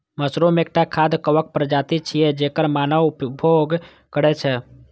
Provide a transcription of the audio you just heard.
mushroom एकटा खाद्य कवक प्रजाति छियै, जेकर मानव उपभोग करै छै